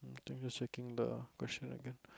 can you shaking the question again